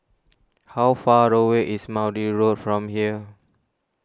how far away is Maude Road from here